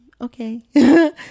okay